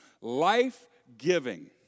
life-giving